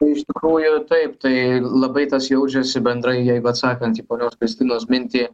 iš tikrųjų taip tai labai tas jaučiasi bendrai jeigu atsakant į ponios kristinos mintį